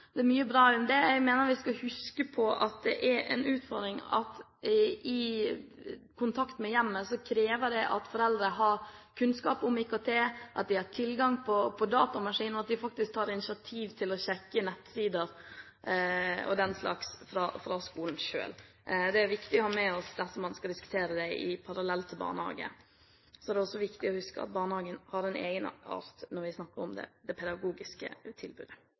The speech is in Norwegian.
Det er mye bra rundt det. Jeg mener vi skal huske på at det er en utfordring at kontakt med hjemmet krever at foreldre har kunnskap om IKT, at de har tilgang til datamaskin, og at de selv tar initiativ til å sjekke skolens nettsider osv. Det er viktig å ha med seg dersom man skal diskutere det som en parallell til barnehage. Så er det også viktig å huske at barnehagen har en egenart når vi snakker om det pedagogiske tilbudet.